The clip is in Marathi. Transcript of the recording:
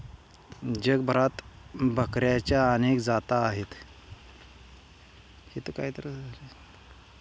जगभरात बकऱ्यांच्या अनेक जाती आहेत